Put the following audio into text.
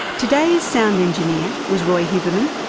today's sound engineer was roi huberman.